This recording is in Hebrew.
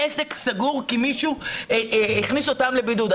העסק סגור כי מישהו הכניס אותם לבידוד.